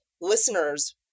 listeners